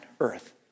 Earth